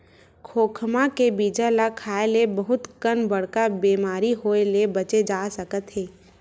खोखमा के बीजा ल खाए ले बहुत कन बड़का बेमारी होए ले बाचे जा सकत हे